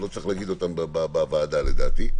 לא צריך להגיד אותן בוועדה לדעתי,